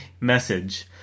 message